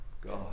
God